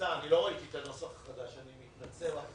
ראיתי את הנוסח החדש, אני אדבר ממש